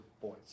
boys